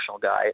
guy